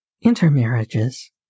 Intermarriages